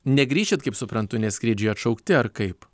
negrįšit kaip suprantu nes skrydžiai atšaukti ar kaip